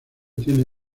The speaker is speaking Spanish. tiene